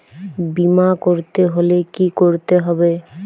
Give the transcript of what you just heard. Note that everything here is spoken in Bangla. বিমা করতে হলে কি করতে হবে?